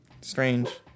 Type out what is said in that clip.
Strange